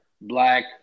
black